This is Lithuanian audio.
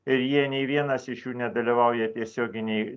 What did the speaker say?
ir jie nei vienas iš jų nedalyvauja tiesioginėj